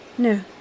No